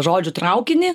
žodžių traukinį